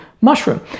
mushroom